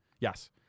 Yes